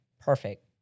perfect